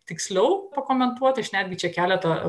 tiksliau pakomentuoti aš netgi čia keletą